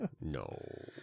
no